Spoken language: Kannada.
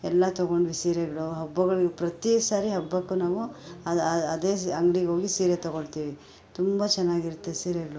ಎಲ್ಲ ತೊಗೊಂಡ್ವಿ ಸೀರೆಗಳು ಹಬ್ಬಗಳಿಗೆ ಪ್ರತಿ ಸಾರಿ ಹಬ್ಬಕ್ಕೂ ನಾವು ಅದೇ ಅಂಗಡಿಗೋಗಿ ಸೀರೆ ತೊಗೊಳ್ತೀವಿ ತುಂಬ ಚೆನ್ನಾಗಿರುತ್ತೆ ಸೀರೆಗಳು